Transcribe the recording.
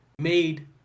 made